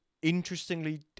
Interestingly